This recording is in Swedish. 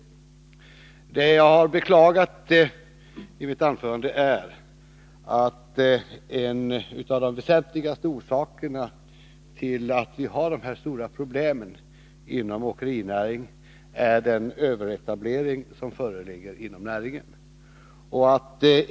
Det jag har beklagat i mitt anförande är att en av de väsentligaste orsakerna till att vi har detta stora problem inom åkerinäringen är den överetablering som föreligger inom näringen.